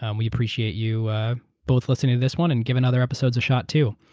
and we appreciate you both listening to this one and giving other episodes a shot, too.